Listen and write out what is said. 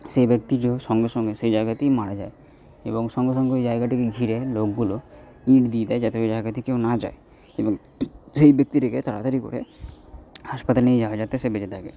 সেই ব্যক্তি সঙ্গে সঙ্গে সেই জায়গাতেই মারা যায় এবং সঙ্গে সঙ্গে ওই জায়গাটিকে ঘিরে লোকগুলো ইঁট দিয়ে দেয় যাতে ওই জায়গাতে কেউ না যায় এবং সেই ব্যক্তিটিকে তাড়াতাড়ি করে হাসপাতালে নিয়ে যাওয়া হয় যাতে সে বেঁচে থাকে